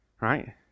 right